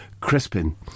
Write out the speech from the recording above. Crispin